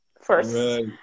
first